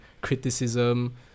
criticism